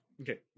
Okay